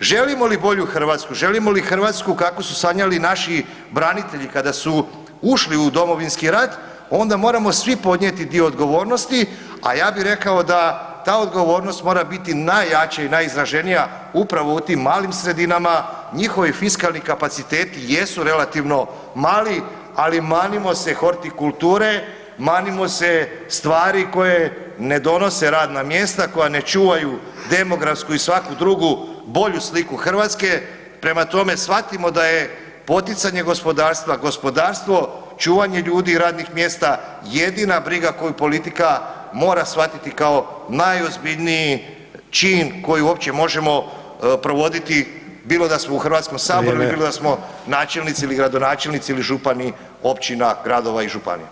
želimo li bolju Hrvatsku, želimo li Hrvatsku kakvu su sanjali naši branitelji kada su ušli u Domovinski rat, onda moramo svi podnijeti dio odgovornosti, a ja bih rekao da ta odgovornost mora biti najjača i najizraženija upravo u tim malim sredinama, njihovi fiskalni kapaciteti jesu relativno mali, ali manimo se hortikulture, manimo se stvari koje ne donose radna mjesta, koja ne čuvaju demografsku i svaku drugu bolju sliku Hrvatske, prema tome, shvatimo da je poticanje gospodarstva, gospodarstvo, čuvanje ljudi, radnih mjesta, jedina briga koju politika mora shvatiti kao najozbiljniji čin koji uopće možemo provoditi bilo da smo u HS-u, [[Upadica: Vrijeme.]] bilo da smo načelnici ili gradonačelnici ili župani općina, gradova i županija.